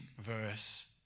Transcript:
verse